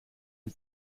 een